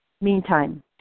Meantime